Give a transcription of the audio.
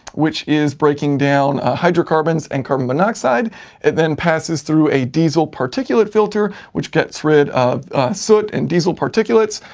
which is breaking down ah hydrocarbons and carbon monoxide and then passes through a diesel particulate filter which gets rid of soot and diesel particulates,